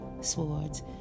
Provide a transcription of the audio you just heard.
swords